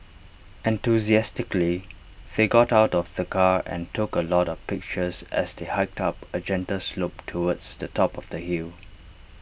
enthusiastically they got out of the car and took A lot of pictures as they hiked up A gentle slope towards the top of the hill